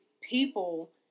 people